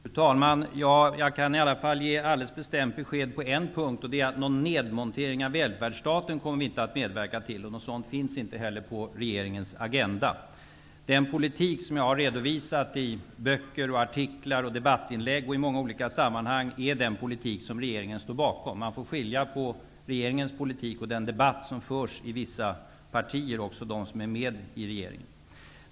Fru talman! Jag kan i alla fall ge alldeles bestämt besked på en punkt. Det är att någon nedmontering av välfärdsstaten kommer vi inte att medverka till. Något sådant finns inte heller på regeringens agenda. Den politik som jag har redovisat i böcker, artiklar, debattinlägg och i många olika sammanhang är den politik som regeringen står bakom. Man får skilja på regeringens politik och den debatt som förs i vissa partier, även i sådana som är med i regeringen.